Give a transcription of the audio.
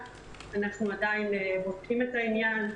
אנחנו עדיין בודקים את העניין.